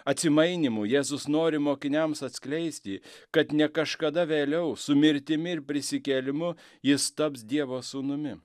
atsimainymu jėzus nori mokiniams atskleisti kad ne kažkada vėliau su mirtimi ir prisikėlimu jis taps dievo sūnumi